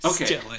Okay